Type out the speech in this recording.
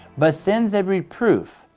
but sends a reproof,